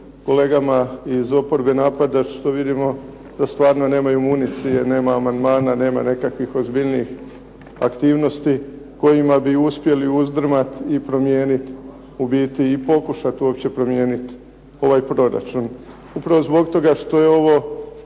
kolegama iz oporbe napadat što vidimo da stvarno nemaju municije, nema amandmana, nema nekakvih ozbiljnijih aktivnosti kojima bi uspjeli uzdrmat i promijenit u biti i pokušat uopće promijenit ovaj proračun. Upravo zbog toga što je ovo